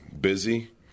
busy